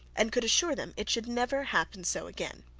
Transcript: and could assure them it should never happen so again.